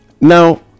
Now